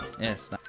Yes